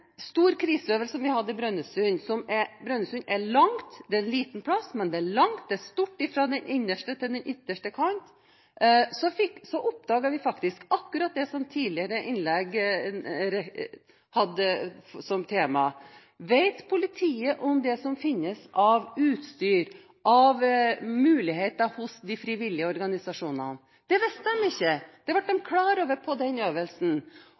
stor kriseøvelse i Brønnøysund. Brønnøysund er en liten plass, men det er langt fra den innerste til den ytterste kanten. Så oppdaget vi faktisk akkurat det som et tidligere innlegg hadde som tema. Vet politiet om hva som finnes av utstyr, av muligheter, hos de frivillige organisasjonene? Det visste de ikke – det ble de klar over på den øvelsen.